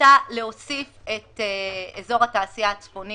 הייתה להוסיף את אזור התעשייה הצפוני